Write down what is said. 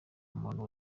muntu